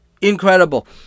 Incredible